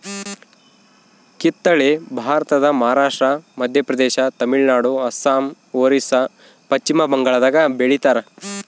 ಕಿತ್ತಳೆ ಭಾರತದ ಮಹಾರಾಷ್ಟ್ರ ಮಧ್ಯಪ್ರದೇಶ ತಮಿಳುನಾಡು ಅಸ್ಸಾಂ ಒರಿಸ್ಸಾ ಪಚ್ಚಿಮಬಂಗಾಳದಾಗ ಬೆಳಿತಾರ